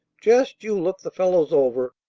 just you look the fellows over,